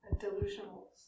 delusional